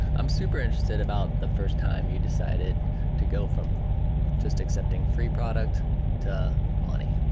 i'm super interested about the first time you decided to go from just accepting free product to money.